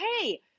Hey